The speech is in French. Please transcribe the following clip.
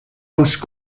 post